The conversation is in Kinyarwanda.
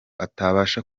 atabasha